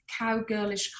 cowgirlish